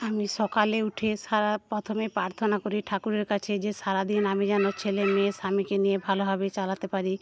আমি সকালে উঠে সারা প্রথমে প্রার্থনা করি ঠাকুরের কাছে যে সারাদিন আমি যেন ছেলে মেয়ে স্বামীকে নিয়ে ভালোভাবে চালাতে পারি